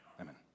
Amen